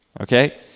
Okay